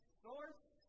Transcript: source